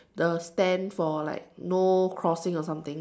the stand for like no crossing or something